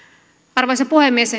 arvoisa puhemies